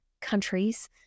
countries